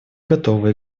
готова